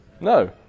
No